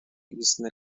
using